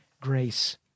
grace